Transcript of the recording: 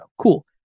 Cool